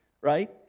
right